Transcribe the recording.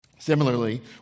Similarly